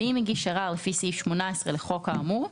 ואם הגיש ערר לפי סעיף 18 לחוק האמור,